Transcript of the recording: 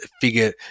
figure